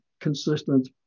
consistent